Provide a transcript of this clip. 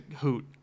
hoot